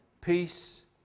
peace